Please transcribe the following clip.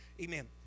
Amen